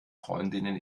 freundinnen